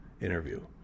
interview